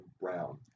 brown